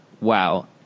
wow